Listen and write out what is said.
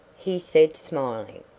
he said smiling,